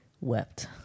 wept